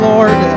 Lord